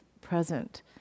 present